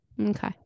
okay